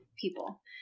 people